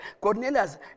Cornelius